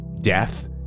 death